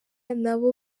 nabo